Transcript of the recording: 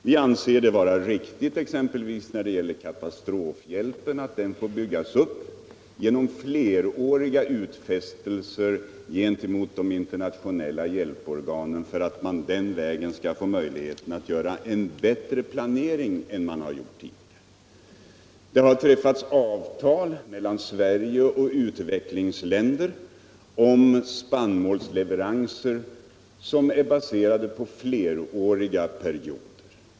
Vi anser det vara riktigt att exempelvis bygga upp katastrofhjälpen genom fleråriga utfästelser gentemot de internationella hjälporganen, för att de skall få möjlighet att göra en bättre planering än hittills. Det har träffats avtal mellan Sverige och vissa u-länder om spannmålsleveranser, som är baserade på fleråriga perioder.